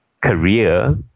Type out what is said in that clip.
career